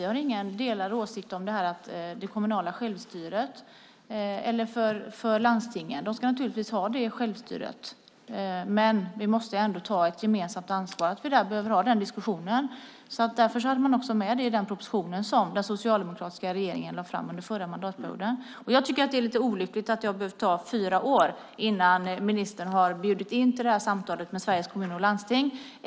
Vi har ingen delad åsikt om det kommunala självstyret eller landstingen. De ska naturligtvis ha det självstyret. Vi måste ändå ta ett gemensamt ansvar. Vi behöver ha den diskussionen. Därför hade man med det i den proposition som den socialdemokratiska regeringen lade fram under den förra mandatperioden. Jag tycker att det är lite olyckligt att det har behövt ta fyra år innan ministern har bjudit in till det här samtalet med Sveriges Kommuner och Landsting.